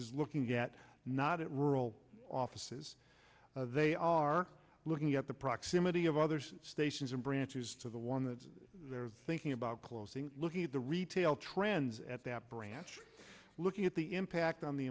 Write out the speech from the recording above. is looking at not at rural offices they are looking at the proximity of other stations and branches to the one that they're thinking about closing looking at the retail trends at that branch looking at the impact on the